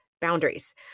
boundaries